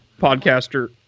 podcaster